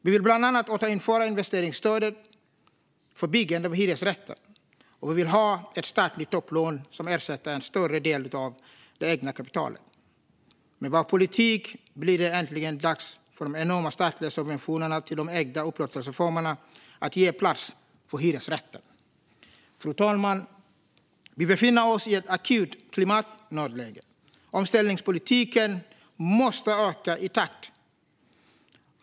Vi vill bland annat återinföra investeringsstödet för byggande av hyresrätter, och vi vill ha ett statligt topplån som ersätter en större del av det egna kapitalet. Med vår politik blir det äntligen dags för de enorma statliga subventionerna till de ägda upplåtelseformerna att ge plats för hyresrätten. Fru talman! Vi befinner oss i ett akut klimatnödläge. Omställningspolitiken måste öka i takt.